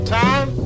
time